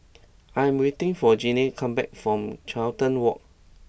I am waiting for Genie to come back from Carlton Walk